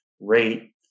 rate